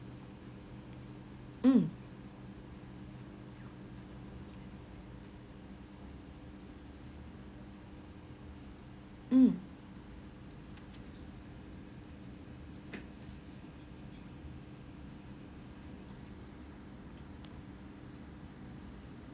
mm mm